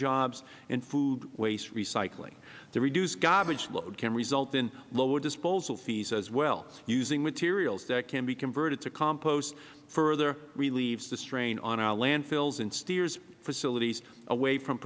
jobs in food waste recycling the reduced garbage load can result in lowered disposal fees as well using materials that can be converted to compost further relieves the strain on our landfills and steers facilities away from